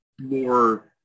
more